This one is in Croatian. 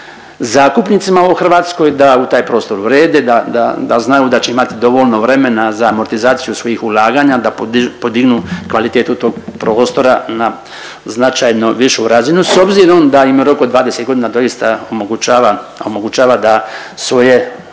zakupnicima u Hrvatskoj da taj prostor urede, da, da, da znaju da će imat dovoljno vremena za amortizaciju svih ulaganja da podignu kvalitetu tog prostora na značajno višu razinu s obzirom da im rok od 20.g. doista omogućava, omogućava